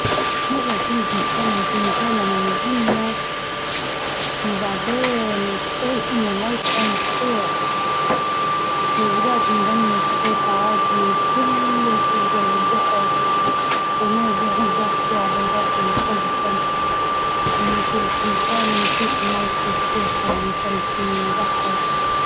مرة كنت ندير في مقلب في أختي بدل ما نخوفها أنا اللي خفت لما فجأة طلعت لي بدون ما ندري عليها.